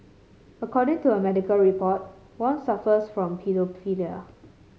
according to a medical report Wong suffers from paedophilia